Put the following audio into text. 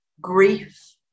grief